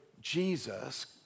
Jesus